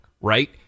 right